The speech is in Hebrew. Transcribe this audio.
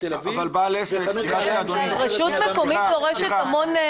תל אביב וחנות נעליים שמושכרת על ידי אדם פרטי.